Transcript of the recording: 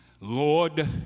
Lord